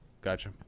Gotcha